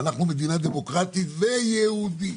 ואנחנו מדינה דמוקרטית ויהדות.